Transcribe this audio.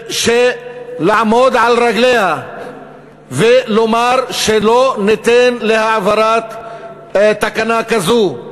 שנעמוד על רגלינו ושנאמר שלא ניתן יד להעברת תקנה כזאת.